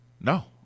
No